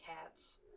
Cats